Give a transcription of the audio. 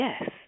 yes